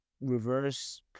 reverse